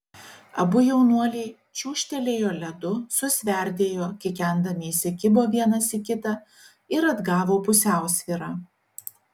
abu jaunuoliai čiūžtelėjo ledu susverdėjo kikendami įsikibo vienas į kitą ir atgavo pusiausvyrą